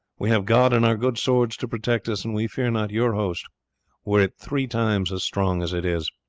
we have god and our good swords to protect us, and we fear not your host were it three times as strong as it is.